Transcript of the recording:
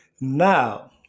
Now